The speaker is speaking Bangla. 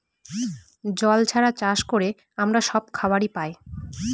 জল ছাড়া চাষ করে আমরা সব খাবার পায়